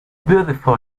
beautiful